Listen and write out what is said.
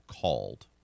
called